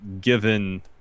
given